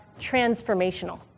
transformational